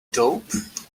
dope